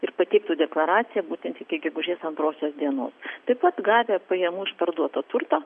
ir pateiktų deklaraciją būtent iki gegužės antrosios dienos taip pat gavę pajamų už parduotą turtą